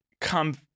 come